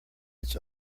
its